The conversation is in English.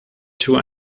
two